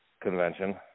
Convention